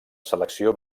selecció